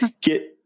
get